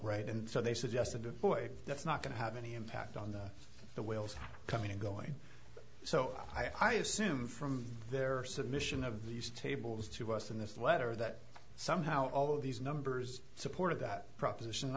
right and so they suggested the boy that's not going to have any impact on the whales coming and going so i assume from there or submission of these tables to us in this letter that somehow all of these numbers support of that proposition